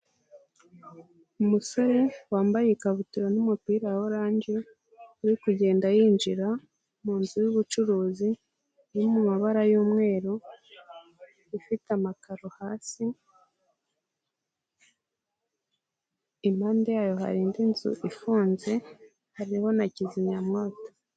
Umusore wambaye ikabutura n'umupira wa orange, uri kugenda yinjira mu nzu y'ubucuruzi iri mu mabara y'umweru, ifite amakaro hasi, impande yayo hari indi nzu ifunze, hariho na kimyamwoto.